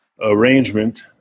arrangement